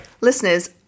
listeners